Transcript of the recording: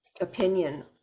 opinion